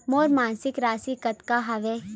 मोर मासिक राशि कतका हवय?